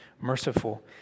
merciful